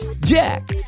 Jack